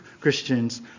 Christians